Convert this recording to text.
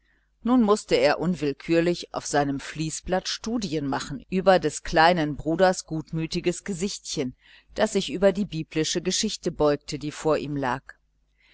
nun mußte er unwillkürlich auf seinem fließblatt studien machen über des kleinen bruders gutmütiges gesichtchen das sich über die biblische geschichte beugte die vor ihm lag